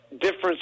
difference